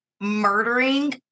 murdering